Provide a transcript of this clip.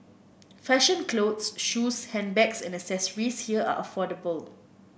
fashion clothes shoes handbags and accessories here are affordable